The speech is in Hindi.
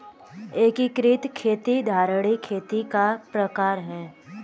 एकीकृत खेती धारणीय खेती का प्रकार है